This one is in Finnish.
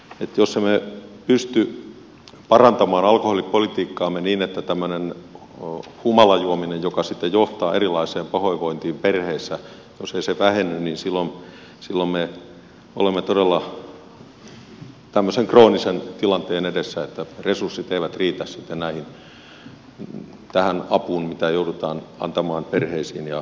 jos emme pysty parantamaan alkoholipolitiikkaamme niin että tämmöinen humalajuominen joka sitten johtaa erilaiseen pahoinvointiin perheissä ei vähene niin silloin me olemme todella tämmöisen kroonisen tilanteen edessä että resurssit eivät riitä sitten tähän apuun mitä joudutaan antamaan perheisiin ja lasten hyvinvointiin